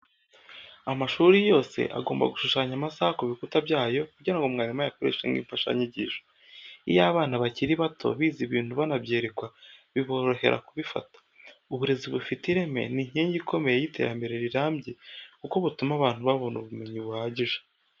Amashuri yose agomba gushushanya amasaha ku bikuta byayo kugira ngo mwarimu ayakoreshe nk'imfashanyigisho. Iyo abana bakiri bato bize ibintu banabyerekwa biborohera kubifata. Uburezi bufite ireme ni inkingi ikomeye y’iterambere rirambye kuko butuma abantu babona ubumenyi buhagije.